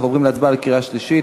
אנחנו עוברים להצבעה בקריאה שלישית.